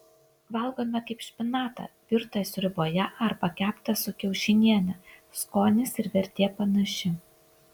valgome kaip špinatą virtą sriuboje arba keptą su kiaušiniene skonis ir vertė panaši